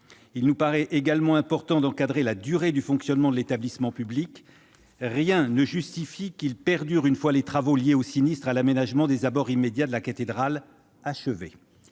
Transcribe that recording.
Il nous paraît également important d'encadrer la durée du fonctionnement de l'établissement public. Rien ne justifie qu'il perdure une fois les travaux liés au sinistre et à l'aménagement des abords immédiats de la cathédrale achevés.